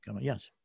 Yes